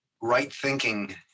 right-thinking